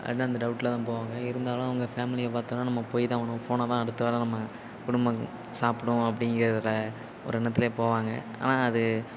அதான் அந்த டவுட்டில் தான் போவாங்க இருந்தாலும் அவங்க ஃபேமிலியை பார்த்தாலும் நம்ம போய் தான் ஆகணும் போனா தான் அடுத்த வேளை நம்ம குடும்பங்கள் சாப்பிடும் அப்படிங்கிற ஒரு எண்ணத்துல போவாங்க ஆனால் அது